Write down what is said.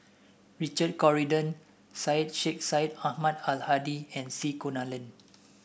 Richard Corridon Syed Sheikh Syed Ahmad Al Hadi and C Kunalan